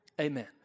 Amen